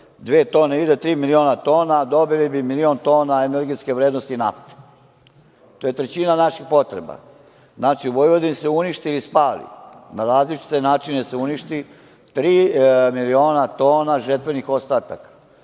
dobila od tri miliona tona, dobili bismo milion tona energetske vrednosti nafte. To je trećina naših potreba. Znači, u Vojvodini se uništi ili spali, na različite načine se uništi tri miliona tona žetvenih ostataka,